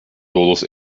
todos